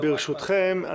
ברשותכם,